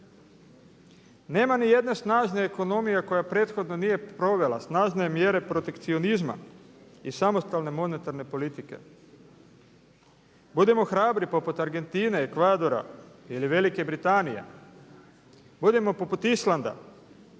Nema ni jedne snažne ekonomije koja prethodno nije provela snažne mjere protekcionizma i samostalne monetarne politike. Budimo hrabri poput Argentine, Ekvadora ili Velike Britanije, budimo poput Islanda.